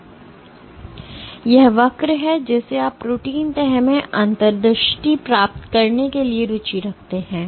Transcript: तो यह वक्र है जिसे आप प्रोटीन तह में अंतर्दृष्टि प्राप्त करने के लिए रुचि रखते हैं